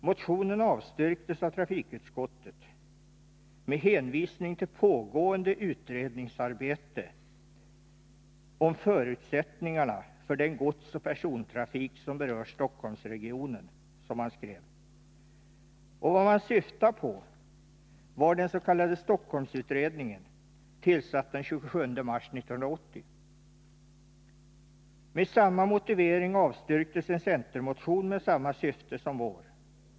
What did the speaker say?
Motionen avstyrktes av trafikutskottet med hänvisning till pågående utredningsarbete om förutsättningarna för den godsoch persontrafik som berör Stockholmsregionen, som man skrev. Vad man syftade på var den s.k. Stockholmsutredningen, tillsatt den 27 mars 1980. Med samma motivering avstyrktes en centermotion med samma syfte som vår.